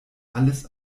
alles